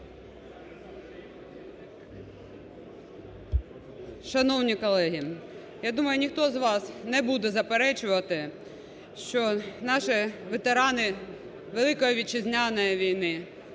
Шановні колеги! Я думаю, ніхто з вас не буде заперечувати, що наші ветерани Великої Вітчизняної війни,